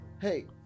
hey